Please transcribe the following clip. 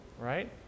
right